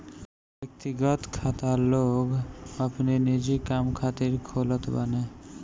व्यक्तिगत खाता लोग अपनी निजी काम खातिर खोलत बाने